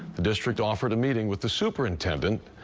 the district offered a meeting with the superintendent.